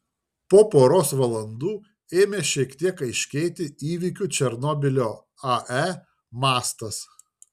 po poros valandų ėmė šiek tiek aiškėti įvykių černobylio ae mastas